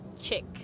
chick